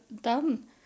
done